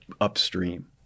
upstream